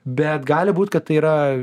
bet gali būt kad tai yra